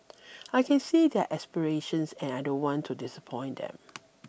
I can see their aspirations and I don't want to disappoint them